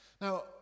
Now